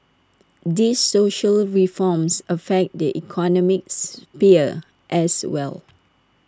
these social reforms affect the economic sphere as well